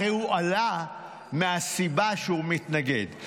הרי הוא עלה מהסיבה שהוא מתנגד.